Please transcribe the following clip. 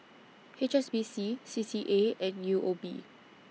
H S B C C C A and U O B